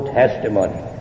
testimony